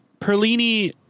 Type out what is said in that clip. Perlini